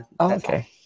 Okay